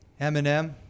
Eminem